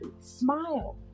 Smile